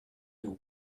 and